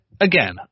again